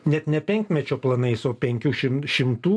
net ne penkmečio planais o penkių šim šimtų